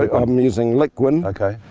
ah i'm using liquin. okay.